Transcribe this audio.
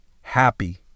happy